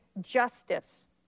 justice